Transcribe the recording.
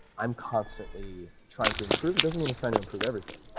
i'm constantly trying to improve. it doesn't mean i'm trying to improve everything,